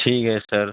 ٹھیک ہے سر